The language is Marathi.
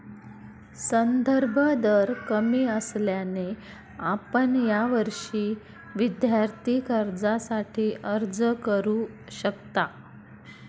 संदर्भ दर कमी असल्याने आपण यावर्षी विद्यार्थी कर्जासाठी अर्ज करू शकता